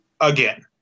again